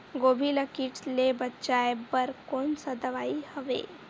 गोभी ल कीट ले बचाय बर कोन सा दवाई हवे?